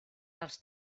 dels